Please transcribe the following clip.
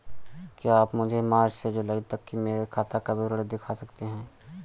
क्या आप मुझे मार्च से जूलाई तक की मेरे खाता का विवरण दिखा सकते हैं?